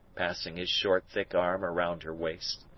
passing his short, thick arm round her waist.